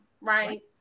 right